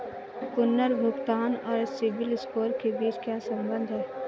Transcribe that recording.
पुनर्भुगतान और सिबिल स्कोर के बीच क्या संबंध है?